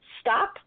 stop